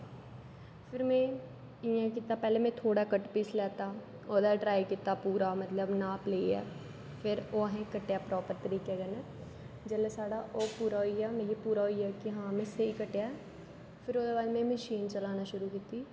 फिर में इयां किता पहले में थोह्ड़ा कट पीस लैता ओहदे उपर ट्राई किता आपू पूरा मतलब नाप लेइये फिर ओह् आसे कट्टेआ प्रापर तरिके कन्ने जिसलै साढ़ा ओह् पूरा होई गेआ पूरा होई गेआ कि हां में स्हेई कट्टेआ ऐ फिर ओहदे बाद में मशीन चलाना शुरु कीती